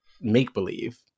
make-believe